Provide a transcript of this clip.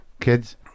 Kids